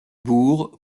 bourg